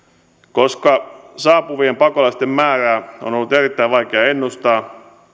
koska saapuvien pakolaisten määrää on ollut erittäin vaikeaa ennustaa